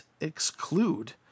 exclude